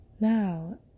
Now